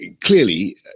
Clearly